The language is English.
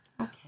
Okay